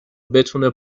بتونه